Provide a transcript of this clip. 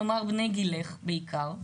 כלומר, בני גילך בעיקר,